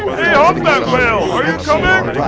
hey humpback whale! are you coming?